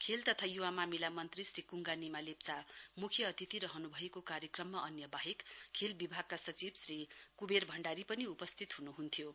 खेल तथा य्वा मामिला मन्त्री श्री कुंगा निमा लेप्चा मुख्य अतिथि रहनुभएको कार्यक्रममा अन्य बाहेक खेल बिभागका सचिव श्री कुबेर भण्डारी पनि उपस्थित हुनुहुन्थ्यो